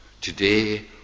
Today